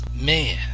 man